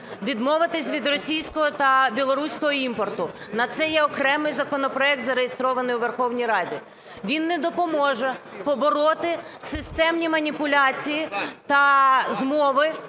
відмовитись від російського та білоруського імпорту, на це є окремий законопроект, зареєстрований у Верховній Раді. Він не допоможе побороти системні маніпуляції та змови,